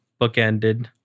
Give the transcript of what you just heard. bookended